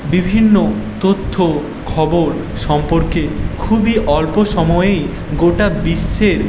বিভিন্ন তথ্য খবর সম্পর্কে খুবই অল্প সময়েই গোটা বিশ্বের